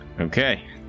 Okay